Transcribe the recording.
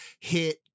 hit